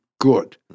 good